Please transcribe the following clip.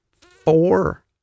four